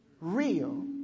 real